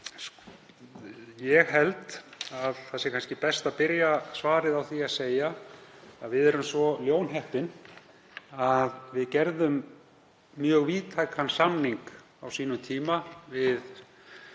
Ég held að það sé kannski best að byrja svarið á því að segja: Við erum svo ljónheppin að við gerðum mjög víðtækan samning á sínum tíma við